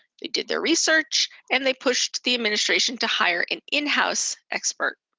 they did their research. and they pushed the administration to hire an in-house expert.